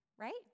right